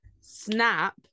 snap